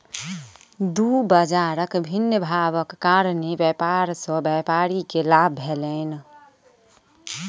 दू बजारक भिन्न भावक कारणेँ व्यापार सॅ व्यापारी के लाभ भेलैन